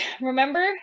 remember